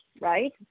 right